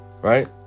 right